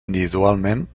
individualment